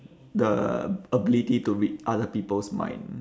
the ability to read other people's mind